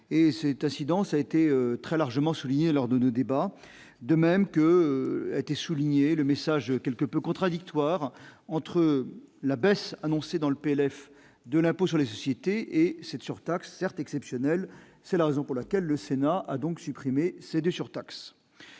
c'est incidence a été très largement souligné lors de débats, de même que être et souligné le message quelque peu contradictoire entre la baisse annoncée dans le PLF de l'impôt sur les sociétés et cette surtaxe certes exceptionnel, c'est la raison pour laquelle le Sénat a donc supprimé, c'est des surtaxes,